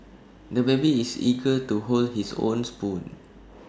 the baby is eager to hold his own spoon